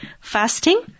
Fasting